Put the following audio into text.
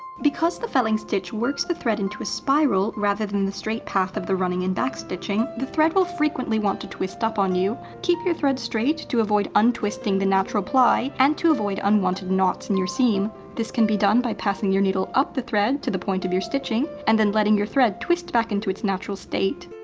because the felling stitch works the thread into a spiral, rather than the straight path of the running and back stitching, the thread will frequently want to twist up on you. keep your thread straight to avoid untwisting the natural ply, and to avoid unwanted knots in your seam. this can be done by passing your needle up the thread to the point of your stitching, and then letting your thread twist back into its natural state.